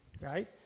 right